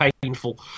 painful